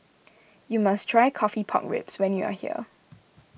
you must try Coffee Pork Ribs when you are here